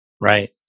right